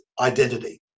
identity